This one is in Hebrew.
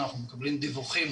אנחנו מקבלים דיווחים